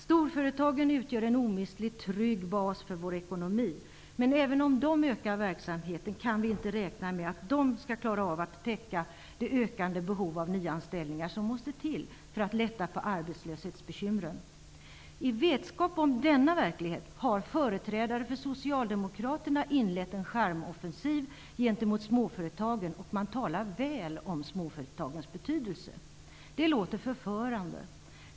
Storföretagen utgör en omistlig trygg bas för vår ekonomi. Även om de ökar sin verksamhet, kan vi inte räkna med att de skall klara av att möta det ökande behovet av sysselsättningstillfällen -- nyanställningar måste till för att lätta på arbetslöshetsbekymren. I vetskap om denna verklighet har företrädare för Socialdemokraterna inlett en charmoffensiv gentemot småföretagen. Man talar väl om småföretagens betydelse. Det låter förförande.